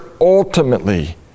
ultimately